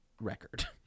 record